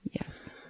Yes